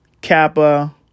Kappa